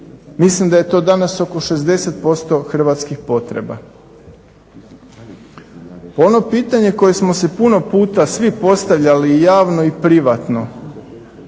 Mislim da je to danas oko 60% hrvatskih potreba. Ono pitanje koje smo si puno puta svi postavljali javno i privatno,